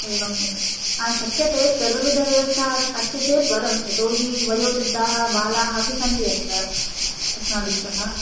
एवम् एवं हा शक्यते सर्वविधव्यवस्था अस्ति चेत् वरं यतो हि वयोवृद्धाः बालाः अपि सन्ति अत्र अस्माभिस्सह